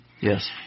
Yes